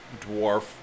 dwarf